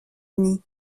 unis